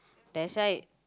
that side